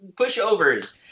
pushovers